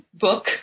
book